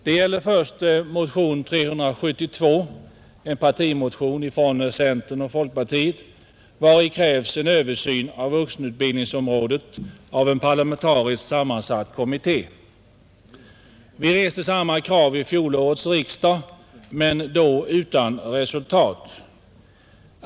Det gäller först motionen 372, en partimotion från centern och folkpartiet, vari krävs en översyn av vuxenutbildningsområdet av en parlamentariskt sammansatt kommitté. Vi reste samma krav vid fjolårets riksdag men då utan resultat.